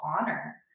honor